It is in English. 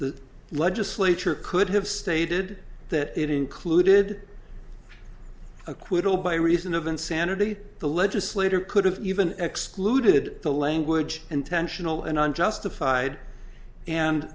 the legislature could have stated that it included acquittal by reason of insanity the legislator could have even excluded the language intentional and unjustified and